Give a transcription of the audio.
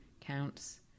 counts